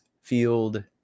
field